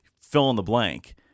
fill-in-the-blank